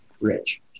Rich